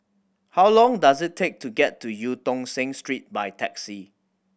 how long does it take to get to Eu Tong Sen Street by taxi